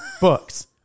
Books